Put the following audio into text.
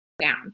down